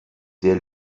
der